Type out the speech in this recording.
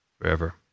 forever